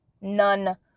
None